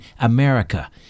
America